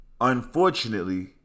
Unfortunately